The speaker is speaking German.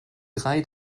drei